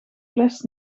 fles